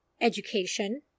education